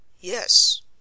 Yes